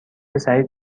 سعید